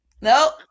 Nope